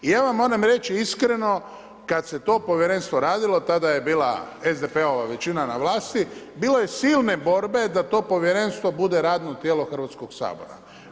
I ja vam moram reći iskreno, kada se to povjerenstvo radilo, tada je bila SDP-ova većina na vlasti, bilo je silne borbe da to povjerenstvo bude radno tijelo Hrvatskoga sabora.